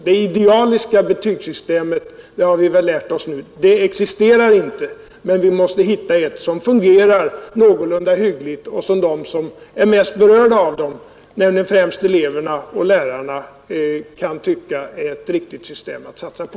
Vi har väl nu lärt oss att det idealiska betygssystemet inte existerar, men vi mäste hitta ett system som fungerar någorlunda hyggligt och som de som är mest berörda härav, nämligen eleverna och lärarna, kan tycka att det är riktigt att satsa på.